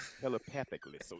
telepathically